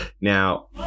now